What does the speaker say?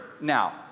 now